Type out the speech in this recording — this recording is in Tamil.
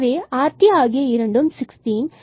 எனவே r t ஆகிய இரண்டும் 16